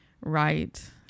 right